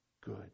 good